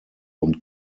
und